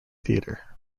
theater